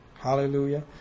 Hallelujah